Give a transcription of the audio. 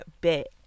bit